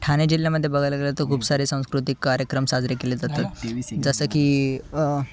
ठाणे जिल्ह्यामध्ये बघायला गेलं तर खूप सारे सांस्कृतिक कार्यक्रम साजरे केले जातात जसं की